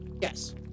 Yes